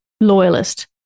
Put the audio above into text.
loyalist